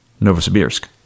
Novosibirsk